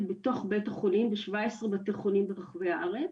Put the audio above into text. בתוך בית החולים בשבעה עשרה בתי חולים ברחבי הארץ.